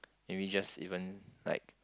maybe just even like